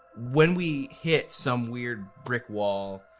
when we hit some weird brick wall,